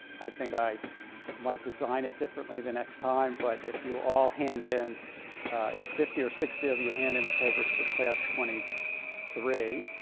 i think i might design it differently the next time. but if you all hand in if fifty or sixty of you hand in the papers for class twenty three,